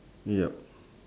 yup